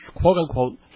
quote-unquote